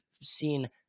seen